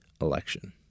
election